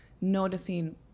noticing